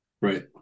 Right